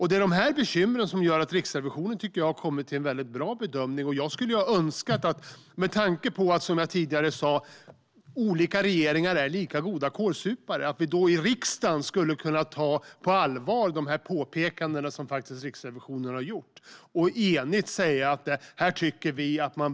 Det är de bekymren som gör att jag tycker att Riksrevisionen har gjort en bra bedömning. Med tanke på att olika regeringar är lika goda kålsupare, anser jag att riksdagen kan ta på allvar de påpekanden som Riksrevisionen har gjort. Riksdagen borde enigt säga att det ska ske en skärpning.